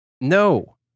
No